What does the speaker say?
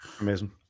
Amazing